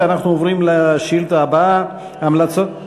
ואנחנו עוברים לשאילתה הבאה: המלצות,